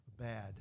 bad